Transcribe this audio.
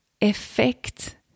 effect